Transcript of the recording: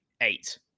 eight